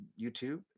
youtube